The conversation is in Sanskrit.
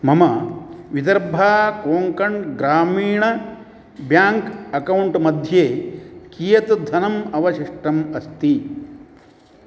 मम विदर्भा कोङ्कण् ग्रामीण ब्याङ्क् अकौण्ट् मध्ये कियत् धनम् अवशिष्टम् अस्ति